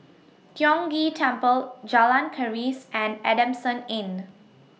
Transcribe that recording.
Tiong Ghee Temple Jalan Keris and Adamson Inn